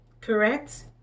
Correct